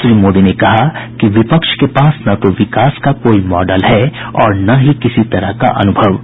श्री मोदी ने कहा कि विपक्ष के पास न तो विकास का कोई मॉडल है और न ही किसी तरह का अनुभव है